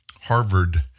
harvard